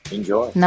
Enjoy